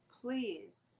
please